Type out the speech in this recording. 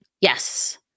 Yes